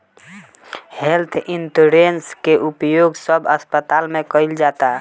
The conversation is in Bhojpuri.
हेल्थ इंश्योरेंस के उपयोग सब अस्पताल में कईल जाता